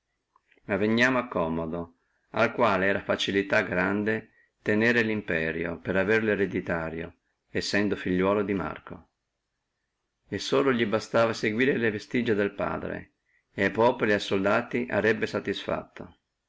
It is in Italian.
ma vegniamo a commodo al quale era facilità grande tenere limperio per averlo iure hereditario sendo figliuolo di marco e solo li bastava seguire le vestigie del padre et a soldati et a populi arebbe satisfatto